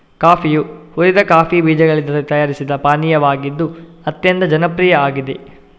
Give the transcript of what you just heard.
ಕಾಫಿಯು ಹುರಿದ ಕಾಫಿ ಬೀಜಗಳಿಂದ ತಯಾರಿಸಿದ ಪಾನೀಯವಾಗಿದ್ದು ಅತ್ಯಂತ ಜನಪ್ರಿಯ ಆಗಿದೆ